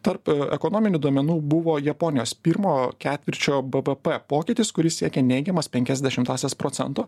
tarp ekonominių duomenų buvo japonijos pirmo ketvirčio bbp pokytis kuris siekė neigiamas penkias dešimtąsias procento